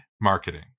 marketing